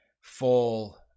fall